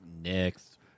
Next